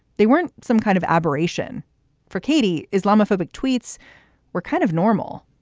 they weren't some kind of aberration for katie. islamaphobic tweets were kind of normal.